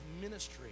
ministry